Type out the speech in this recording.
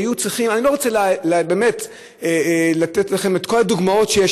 אני לא רוצה לתת לכם את כל הדוגמאות שיש,